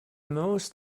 most